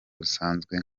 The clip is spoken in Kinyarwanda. rusanzwe